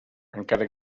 encara